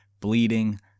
bleeding